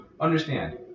understand